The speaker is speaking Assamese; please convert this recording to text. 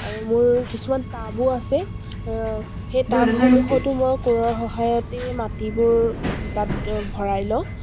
আৰু মোৰ কিছুমান টাবো আছে আৰু সেই টাবসমূহতো মই কোৰৰ সহায়তেই মাটিবোৰ তাত ভৰাই লওঁ